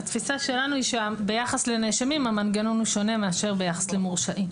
התפיסה שלנו היא שביחס לנאשמים המנגנון שונה מאשר ביחס למורשעים.